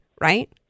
right